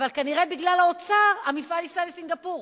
אבל כנראה בגלל האוצר המפעל ייסע לסינגפור.